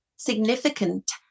significant